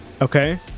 Okay